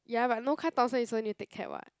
ya but no car Thomson so you need take cab [what]